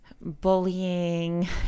bullying